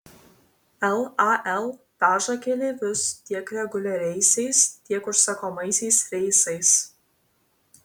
lal veža keleivius tiek reguliariaisiais tiek užsakomaisiais reisais